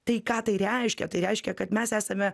tai ką tai reiškia tai reiškia kad mes esame